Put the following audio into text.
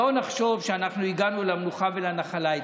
שלא נחשוב שהגענו למנוחה ולנחלה.